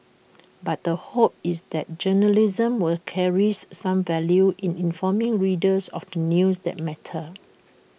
but the hope is that journalism were carries some value in informing readers of the news that matter